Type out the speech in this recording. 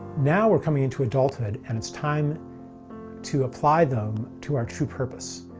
now we're coming into adulthood and it's time to apply them to our true purpose.